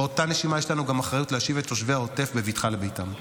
באותה נשימה יש לנו גם אחריות להשיב את תושבי העוטף בבטחה לביתם.